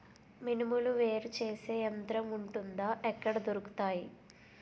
మినుములు వేరు చేసే యంత్రం వుంటుందా? ఎక్కడ దొరుకుతాయి?